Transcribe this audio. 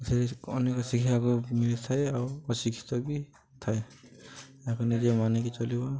ସେ ଅନେକ ଶିକ୍ଷିବାକୁ ମିଳିଥାଏ ଆଉ ଅଶିକ୍ଷିତ ବି ଥାଏ ଏହାକୁ ନିଜେ ମାନକି ଚଲିବ